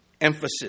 emphasis